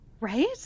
right